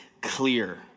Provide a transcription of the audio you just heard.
clear